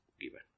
given